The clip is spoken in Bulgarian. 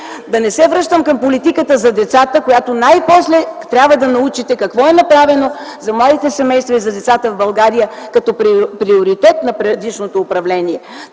Да не се връщам към политиката за децата. Най после трябва да научите какво е направено за младите семейства и за децата в България като приоритет на предишното управление.